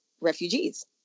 refugees